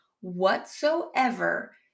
whatsoever